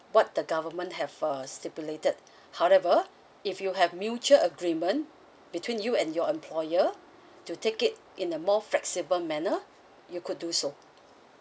what the government have uh stipulated however if you have mutual agreement between you and your employer to take it in a more flexible manner you could do so